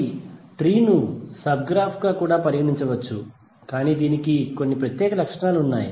కాబట్టి ట్రీ ను subgraph గా కూడా పరిగణించవచ్చు కానీ దీనికి కొన్ని ప్రత్యేక లక్షణాలు ఉన్నాయి